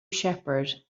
shepherd